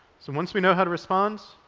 so once we know how to respond,